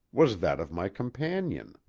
was that of my companion!